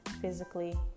physically